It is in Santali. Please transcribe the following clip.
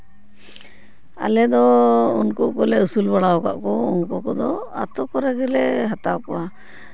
ᱟᱞᱮ ᱫᱚ ᱩᱱᱠᱩ ᱠᱚᱞᱮ ᱟᱹᱥᱩᱞ ᱵᱟᱲᱟ ᱠᱟᱜ ᱠᱚ ᱩᱱᱠᱩ ᱠᱚᱫᱚ ᱟᱹᱛᱩ ᱠᱚᱨᱮᱜ ᱜᱮᱞᱮ ᱦᱟᱛᱟᱣ ᱠᱚᱣᱟ